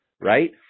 right